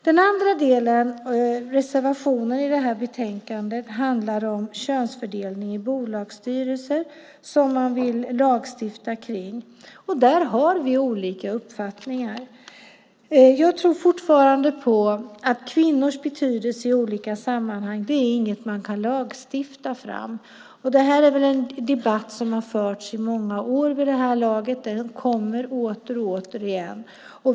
Den andra reservationen i betänkandet handlar om könsfördelningen i bolagsstyrelser, som man vill lagstifta om. Där har vi olika uppfattningar. Jag tror fortfarande att kvinnors betydelse i olika sammanhang inte är något man kan lagstifta fram. Det här är en debatt som har förts i många år vid det här laget, och den kommer åter igen.